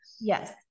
yes